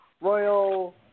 royal